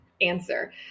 answer